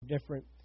different